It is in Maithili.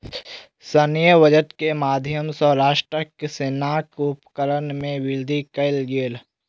सैन्य बजट के माध्यम सॅ राष्ट्रक सेनाक उपकरण में वृद्धि कयल गेल